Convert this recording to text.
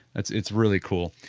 it's it's really cool.